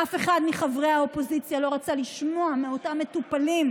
אף אחד מחברי האופוזיציה לא רצה לשמוע על אותם מטופלים,